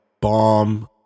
bomb